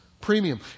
premium